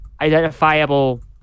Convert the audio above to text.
identifiable